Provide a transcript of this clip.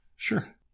sure